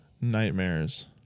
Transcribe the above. nightmares